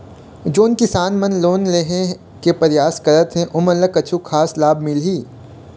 जोन किसान मन लोन लेहे के परयास करथें ओमन ला कछु खास लाभ मिलही?